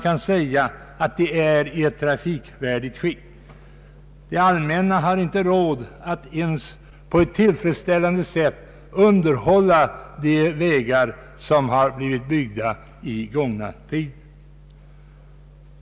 Ja, det allmänna har inte ens råd att på ett tillfredsställande sätt underhålla de vägar som blivit byggda i gångna tider.